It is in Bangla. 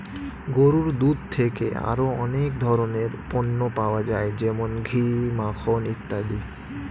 গরুর দুধ থেকে আরো অনেক ধরনের পণ্য পাওয়া যায় যেমন ঘি, মাখন ইত্যাদি